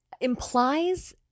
implies